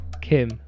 Kim